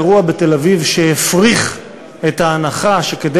האירוע בתל-אביב שהפריך את ההנחה שכדי